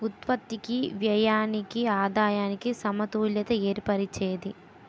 ఉత్పత్తికి వ్యయానికి ఆదాయానికి సమతుల్యత ఏర్పరిచేది